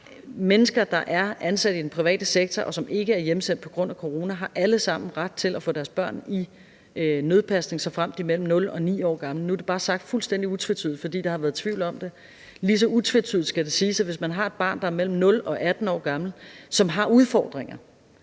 mennesker, der er ansat i den private sektor, og som ikke er hjemsendt på grund af corona, alle sammen har ret til at få deres børn i nødpasning, såfremt de er mellem 0 og 9 år gamle. Nu er det bare sagt fuldstændig utvetydigt, for der har været tvivl om det. Lige så utvetydigt skal det siges, at de, der har et barn, der er mellem 0 og 18 år gammel, og som har udfordringer,